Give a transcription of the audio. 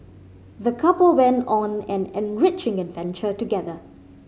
the couple went on an enriching adventure together